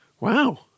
Wow